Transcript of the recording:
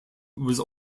also